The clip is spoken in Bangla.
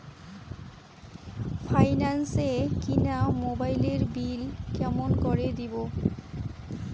ফাইন্যান্স এ কিনা মোবাইলের বিল কেমন করে দিবো?